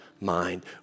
mind